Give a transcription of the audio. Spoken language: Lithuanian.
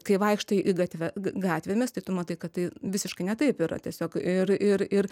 kai vaikštai i gatve ga gatvėmis tai tu matai kad tai visiškai ne taip yra tiesiog ir ir ir